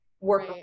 work